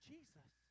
Jesus